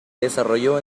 desarrolló